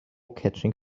catching